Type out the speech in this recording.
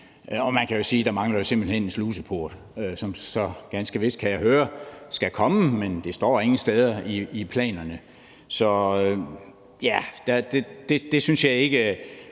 Og man kan jo sige, at der simpelt hen mangler en sluseport, som så ganske vist, kan jeg høre, skal komme, men det står ingen steder i planerne. Derfor synes jeg også,